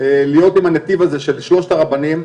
להיות עם הנתיב הזה של שלושת הרבנים,